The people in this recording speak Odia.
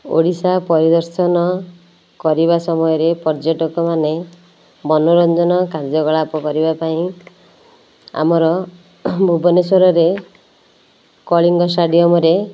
ଓଡ଼ିଶା ପରିଦର୍ଶନ କରିବା ସମୟରେ ପର୍ଯ୍ୟଟକ ମାନେ ମନୋରଞ୍ଜନ କାର୍ଯ୍ୟକଳାପ କରିବା ପାଇଁ ଆମର ଭୁବନେଶ୍ୱରରେ କଳିଙ୍ଗ ଷ୍ଟାଡ଼ିୟମରେ